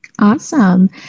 awesome